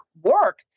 work